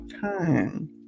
time